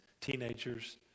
teenagers